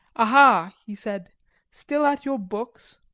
aha! he said still at your books?